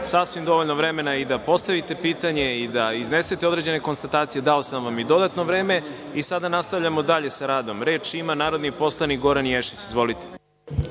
sasvim dovoljno vremena i da postavite pitanje i da iznesete određene konstatacije, dao sam vam i dodatno vreme, i sada nastavljamo dalje sa radom. Reč ima narodni poslanik Goran Ješić. Izvolite.